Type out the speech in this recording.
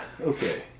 okay